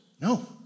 No